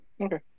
okay